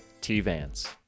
T-Vance